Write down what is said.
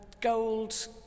gold